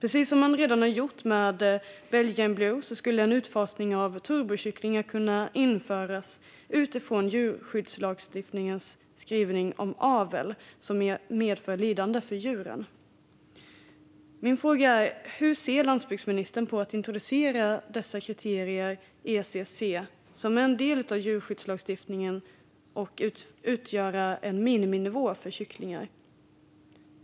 En utfasning av turbokycklingen i Sverige skulle, på samma sätt som skett med Belgian blue, kunna genomföras utifrån djurskyddslagstiftningens skrivning om avel som medför lidande för djuren. Min fråga är: Hur ser landsbygdsministern på att introducera dessa kriterier, ECC, som en del av djurskyddslagstiftningen och låta dem utgöra en miniminivå för kycklingar?